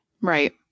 Right